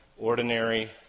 Ordinary